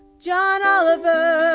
john oliver,